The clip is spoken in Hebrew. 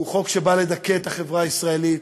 הוא חוק שבא לדכא את החברה הישראלית,